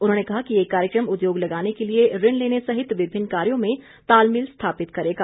उन्होंने कहा कि ये कार्यक्रम उद्योग लगाने के लिए ऋण लेने सहित विभिन्न कार्योँ में तालमेल स्थापित करेगा